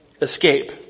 escape